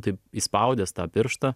taip įspaudęs tą pirštą